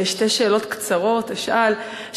שתי שאלות קצרות אשאל.